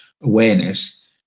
awareness